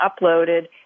uploaded